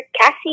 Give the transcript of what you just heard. Cassie